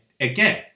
again